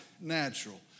natural